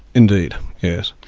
indeed, yes.